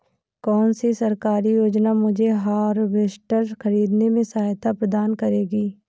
कौन सी सरकारी योजना मुझे हार्वेस्टर ख़रीदने में सहायता प्रदान करेगी?